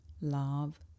love